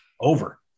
Over